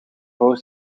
voor